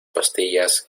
pastillas